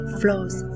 flows